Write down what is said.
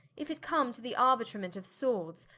if it come to the arbitrement of swords,